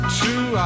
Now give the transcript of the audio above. two